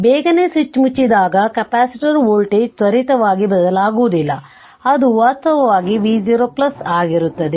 ಬೇಗನೆ ಸ್ವಿಚ್ ಮುಚ್ಚಿದಾಗ capacitor voltage ತ್ವರಿತವಾಗಿ ಬದಲಾಗುವುದಿಲ್ಲ ಅದು ವಾಸ್ತವವಾಗಿ v0 ಆಗಿರುತ್ತದೆ